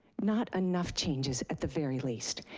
not enough changes at the very least.